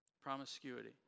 promiscuity